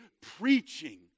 preaching